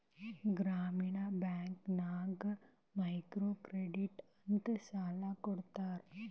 ಗ್ರಾಮೀಣ ಬ್ಯಾಂಕ್ ನಾಗ್ micro credit ಅಂತ್ ಸಾಲ ಕೊಡ್ತಾರ